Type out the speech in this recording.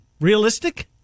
Realistic